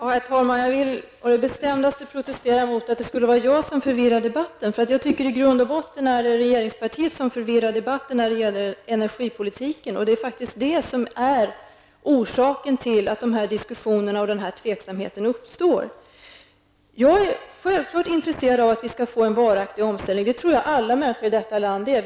Herr talman! Jag vill på det bestämdaste protestera mot att det skulle vara jag som förvirrar debatten. Jag tycker att det i grund och botten är regeringspartiet som förvirrar debatten när det gäller energipolitiken. Och det är faktiskt det som är orsaken till att de här diskussionerna och den här osäkerheten uppstår. Jag är självfallet intresserad av att vi skall få en varaktig omställning. Det tror jag att alla människor i detta land är.